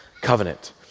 covenant